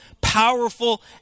powerful